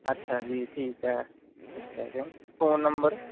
ਅੱਛਾ ਜੀ ਠੀਕ ਹੈ ਇੱਕ ਸੈਕੰਡ ਫੋਨ ਨੰਬਰ